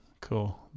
cool